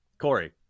Corey